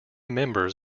members